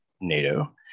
Nato